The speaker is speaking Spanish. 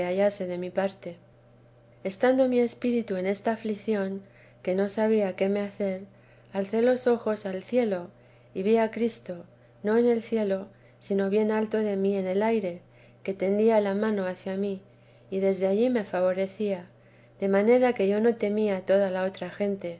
hallase de mi parte estando mi espíritu en esta aflicción que no sabía qué me hacer alcé los ojos al cielo y vi a cristo no en el cielo sino bien alto de mí en el aire que tendía la mano hacia mí y desde allí me favorecía de manera que yo no temía toda la otra gente